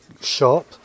shop